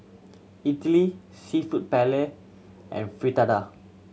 Idili Seafood Paella and Fritada